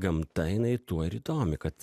gamta jinai tuo ir įdomi kad